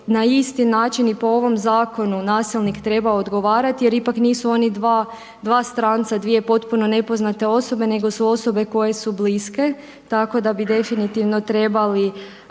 na isti način i po ovom zakonu nasilnik trebao odgovarati jer ipak nisu oni dva stranca, dvije potpuno nepoznate osobe nego su osobe koje su bliske tako da bi definitivno trebali